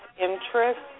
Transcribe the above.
interest